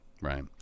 right